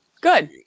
Good